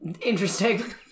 Interesting